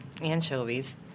anchovies